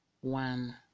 one